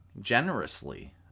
generously